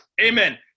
amen